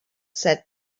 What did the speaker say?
said